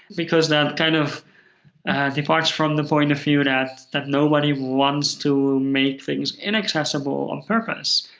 because that kind of departs from the point of view that that nobody wants to make things inaccessible on purpose.